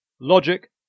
logic